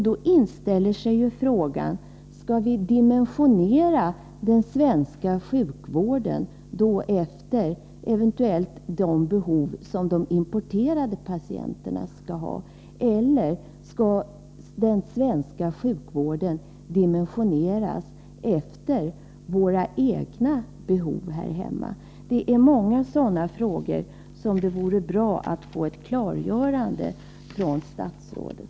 Då inställer sig frågan: Skall den svenska sjukvården dimensioneras efter det behov som importerade patienter kan ha eller skall den dimensioneras efter våra egna behov? Det finns många sådana frågor, och det vore bra att få ett klargörande från statsrådet.